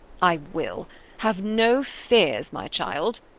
i will have no fears, my child,